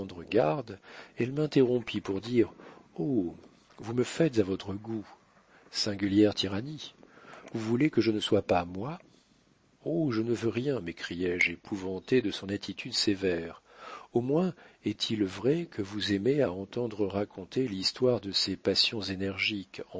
elle m'interrompit pour dire oh vous me faites à votre goût singulière tyrannie vous voulez que je ne sois pas moi oh je ne veux rien m'écriai-je épouvanté de son attitude sévère au moins est-il vrai que vous aimez à entendre raconter l'histoire de ces passions énergiques